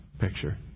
picture